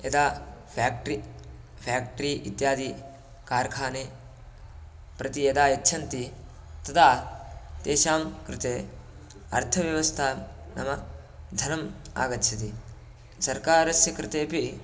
यदा factory factory इत्यादि कार्खाने प्रति यदा यच्छन्ति तदा तेषां कृते अर्थव्यवस्था नाम धनम् आगच्छति सर्कारस्य कृतेपि